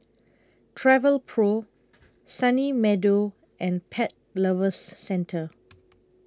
Travelpro Sunny Meadow and Pet Lovers Centre